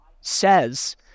says